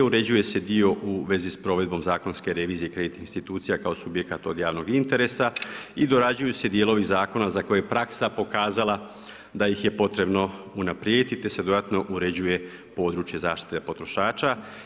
Uređuje se dio u vezi sa provedbom zakonske revizije kreditnih institucija kao subjekata od javnog interesa i dorađuju se dijelovi zakona za koje je praksa pokazala da ih je potrebno unaprijediti te se dodatno uređuje područje zaštite potrošača.